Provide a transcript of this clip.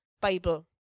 Bible